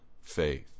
faith